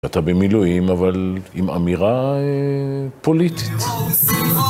אתה במילואים, אבל עם אמירה פוליטית.